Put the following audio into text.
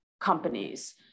companies